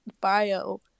bio